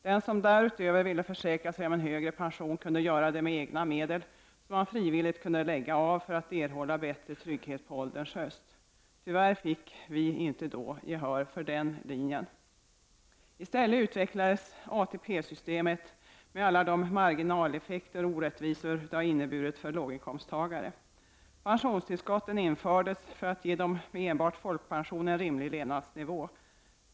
Den som därutöver ville försäkra sig om en högre pension kunde göra det med egna medel, som man frivilligt kunde lägga undan för att erhålla bättre trygghet på ålderns höst. Tyvärr fick vi inte då gehör för den linjen. I stället utvecklades ATP-systemet med alla de marginaleffekter och orättvisor som det har inneburit för låginkomsttagare. Pensionstillskotten infördes för att ge dem med enbart folkpensionen rimlig levnadsnivå.